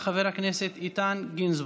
חבר הכנסת איתן גינזבורג.